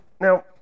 Now